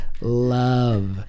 love